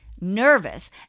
Nervous